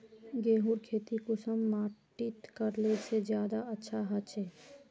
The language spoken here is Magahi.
गेहूँर खेती कुंसम माटित करले से ज्यादा अच्छा हाचे?